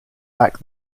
back